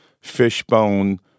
Fishbone